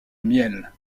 miel